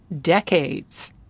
decades